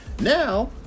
Now